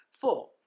Four